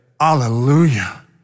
hallelujah